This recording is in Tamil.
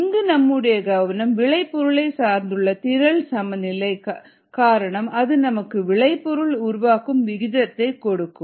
இங்கு நம்முடைய கவனம் விளை பொருளை சார்ந்துள்ள திரள் சமநிலை காரணம் அது நமக்கு விளைபொருள் உருவாகும் விகிதத்தை கொடுக்கும்